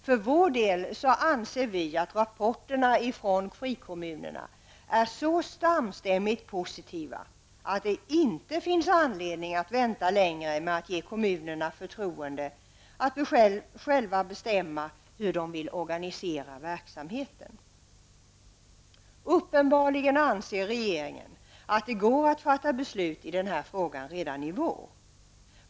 För vår del anser vi att rapporterna från frikommunerna är så samstämmigt positiva att det inte finns anledning att vänta längre med att ge kommunerna förtroendet att själva bestämma hur de vill organisera verksamheten. Uppenbarligen anser regeringen att det går att fatta beslut i denna fråga redan i vår.